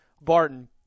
Barton